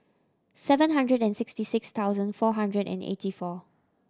seven hundred and sixty six thousand four hundred and eighty four